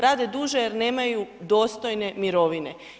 Rade duže jer nemaju dostojne mirovine.